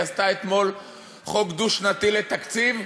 והיא עשתה אתמול חוק דו-שנתי לתקציב,